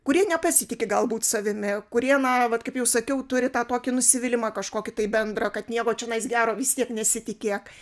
kurie nepasitiki galbūt savimi kurie na va kaip jau sakiau turi tą tokį nusivylimą kažkokį tai bendrą kad nieko čionais gero vis tiek nesitikėk